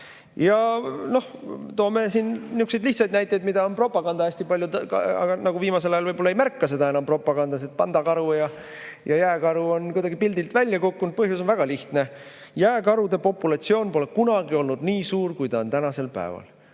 hea asi. Toome niisuguseid lihtsaid näiteid, mida on propagandas hästi palju, aga viimasel ajal võib-olla ei märka neid enam propagandas, et pandakaru ja jääkaru on kuidagi pildilt välja kukkunud. Põhjus on väga lihtne: jääkarude populatsioon pole kunagi olnud nii suur, kui ta on tänapäeval,